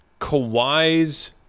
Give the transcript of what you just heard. Kawhi's